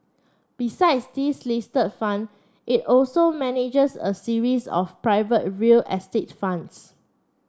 besides these list fund it also manages a series of private real estate funds